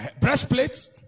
breastplates